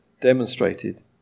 demonstrated